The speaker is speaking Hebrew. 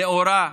נאורה,